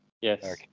yes